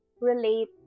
relate